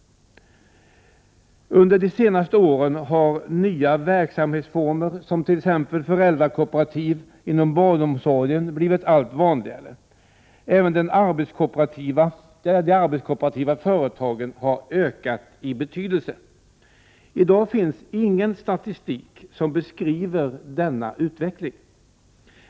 Under de senaste åren har nya verksamhetsformer som t.ex. föräldrakooperativ inom barnomsorgen blivit allt vanligare. Även de arbetskooperativa företagen har ökat i betydelse. I dag finns ingen statistik som beskriver denna utveckling.